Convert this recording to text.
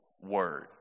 word